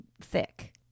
thick